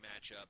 matchup